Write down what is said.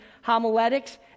Homiletics